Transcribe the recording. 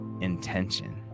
intention